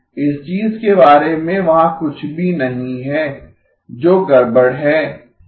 इस चीज के बारे में वहाँ कुछ भी नहीं है जो गड़बड़ है